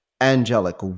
angelic